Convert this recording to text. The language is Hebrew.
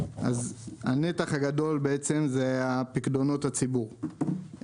הנתח הגדול זה פיקדונות הציבור.